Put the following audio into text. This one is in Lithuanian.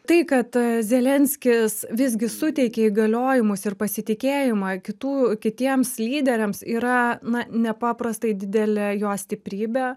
tai kad zelenskis visgi suteikė įgaliojimus ir pasitikėjimą kitų kitiems lyderiams yra na nepaprastai didele jo stiprybė